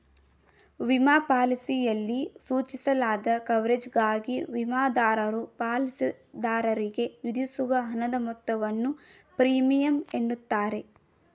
ವಿಮಾ ಪಾಲಿಸಿಯಲ್ಲಿ ಸೂಚಿಸಲಾದ ಕವರೇಜ್ಗಾಗಿ ವಿಮಾದಾರರು ಪಾಲಿಸಿದಾರರಿಗೆ ವಿಧಿಸುವ ಹಣದ ಮೊತ್ತವನ್ನು ಪ್ರೀಮಿಯಂ ಎನ್ನುತ್ತಾರೆ